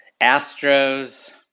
Astros